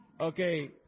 Okay